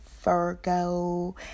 virgo